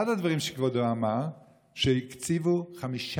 אחד הדברים שכבודו אמר הוא שהקציבו 5